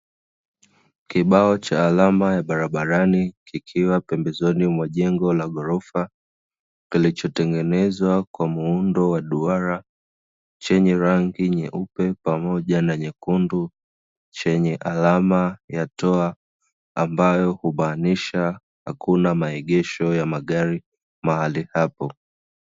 Kibao cha alama ya barabarani, kikiwa pembezoni mwa jengo la ghorofa, kilichotengenezwa kwa muundo wa duara, chenye rangi nyeupe pamoja na nyekundu, chenye alama ya toa ambayo humaanisha hakuna maegesho ya magari mahali hapo.